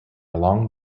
along